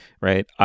right